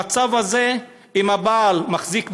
המצב הזה שאם הבעל מחזיק בילד,